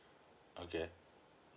okay